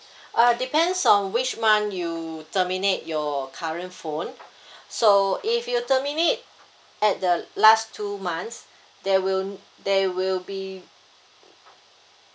uh depends on which month you terminate your current phone so if you terminate at the last two months there will there will be